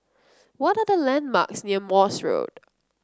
what the landmarks near Morse Road